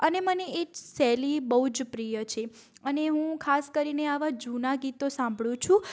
અને મને એ શૈલી બહુ જ પ્રિય છે અને હું ખાસ કરીને આવા જૂના ગીતો સાંભળું છું